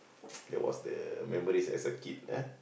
that was the memories as a kid ah